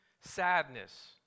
sadness